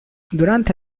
durante